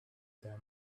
them